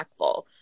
impactful